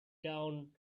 down